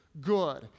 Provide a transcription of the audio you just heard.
good